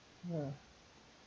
mm